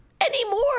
Anymore